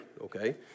okay